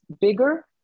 bigger